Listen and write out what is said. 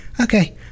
okay